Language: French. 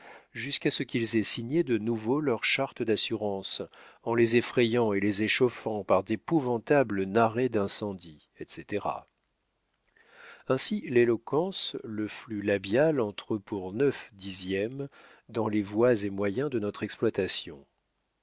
jusqu'à ce qu'ils aient signé de nouveau leurs chartes d'assurance en les effrayant et les échauffant par d'épouvantables narrés d'incendies etc ainsi l'éloquence le flux labial entre pour les neuf dixièmes dans les voies et moyens de notre exploitation